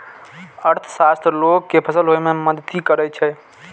अर्थशास्त्र लोग कें सफल होइ मे मदति करै छै